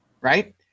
right